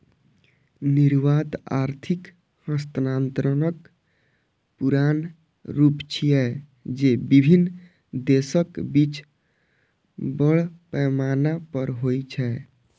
निर्यात आर्थिक हस्तांतरणक पुरान रूप छियै, जे विभिन्न देशक बीच बड़ पैमाना पर होइ छै